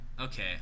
okay